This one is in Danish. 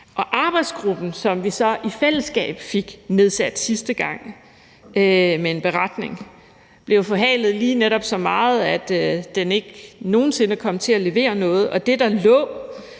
Og arbejdsgruppen, som vi så i fællesskab fik nedsat sidste gang med en beretning, blev forhalet lige netop så meget, at den aldrig nogen sinde kom til at levere noget, og det, der lå,